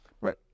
right